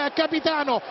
capitano